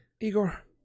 Igor